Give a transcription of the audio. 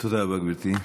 תודה רבה, גברתי.